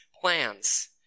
plans